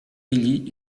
élie